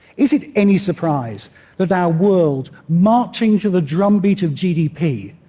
is it any surprise that our world, marching to the drumbeat of gdp,